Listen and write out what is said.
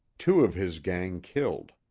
two of his gang killed.